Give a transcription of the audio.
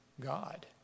God